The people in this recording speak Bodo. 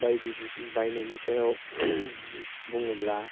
बायदि बायनायनि सायाव बुङोब्ला